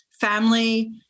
family